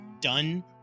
done